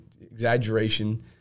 exaggeration